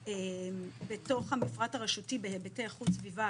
בתוך המפרט הרשותי בהיבטי חוץ סביבה,